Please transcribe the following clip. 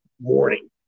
morning